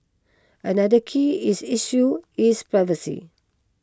another key is issue is privacy